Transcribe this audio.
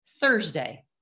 Thursday